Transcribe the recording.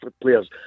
players